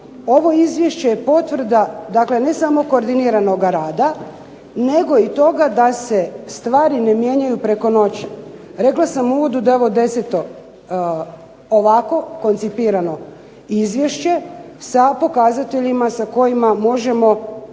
ovo izvješće je potvrda ne samo koordiniranoga rada nego i toga da se stvari ne mijenjaju preko noći. Rekla sam u uvodu da je ovo 10. ovako koncipirano izvješće sa pokazateljima sa kojima možemo